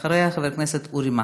אחריה, חבר הכנסת אורי מקלב.